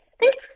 thanks